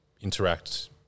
interact